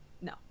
No